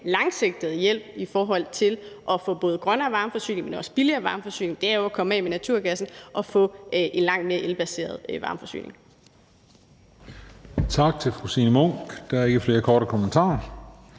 langsigtede hjælp i forhold til at få både grønnere varmeforsyning, men også billigere varmeforsyning er at komme af med naturgassen og få en langt mere elbaseret varmeforsyning.